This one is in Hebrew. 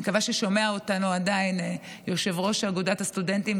מקווה שעדיין שומע אותנו יושב-ראש אגודת הסטודנטים,